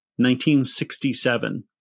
1967